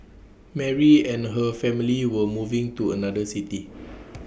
Mary and her family were moving to another city